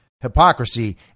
hypocrisy